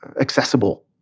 accessible